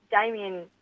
Damien